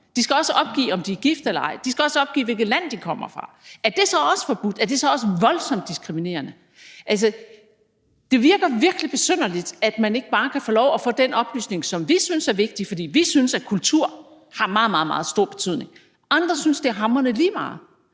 De skal også opgive, om de er gift eller ej. De skal også opgive, hvilket land de kommer fra. Er det så også forbudt, og er det så også voldsomt diskriminerende? Det virker virkelig besynderligt, at man ikke bare kan få lov at få den oplysning, som vi synes er vigtig, fordi vi synes, at kultur har meget, meget stor betydning. Andre synes, at det er hamrende lige meget.